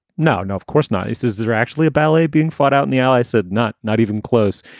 no, no, of course not. is is there actually a ballet being fought out in the allies said not not even close.